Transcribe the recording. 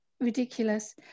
ridiculous